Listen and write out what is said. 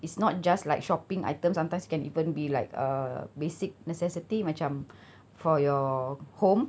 it's not just like shopping items sometimes it can even be like err basic necessity macam for your home